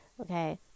Okay